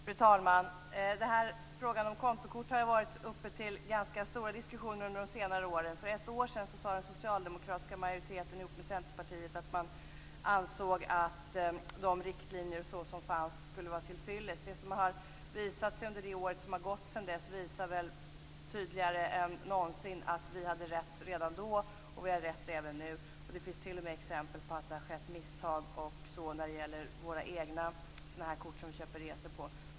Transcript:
Fru talman! Frågan om kontokort har ju varit uppe till ganska stora diskussioner under senare år. För ett år sedan sade den socialdemokratiska majoriteten ihop med Centerpartiet att man ansåg att de riktlinjer som fanns skulle vara till fyllest. Det som har hänt under det år som har gått sedan dess visar väl tydligare än någonsin att vi hade rätt redan då. Och vi har rätt även nu. Det finns t.o.m. exempel på att det har skett misstag och sådant när det gäller de kort som vi själva köper resor med.